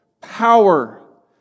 power